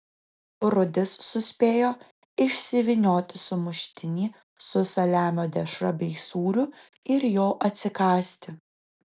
rudis suspėjo išsivynioti sumuštinį su saliamio dešra bei sūriu ir jo atsikąsti